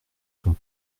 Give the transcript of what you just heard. sont